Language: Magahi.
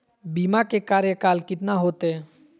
बीमा के कार्यकाल कितना होते?